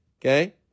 okay